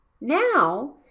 Now